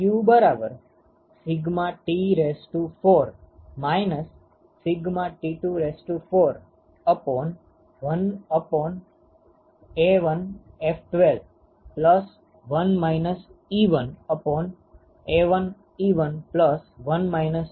તેથી q σ T14 σ T24 1A1F12 1 1A11 1 2A22 થશે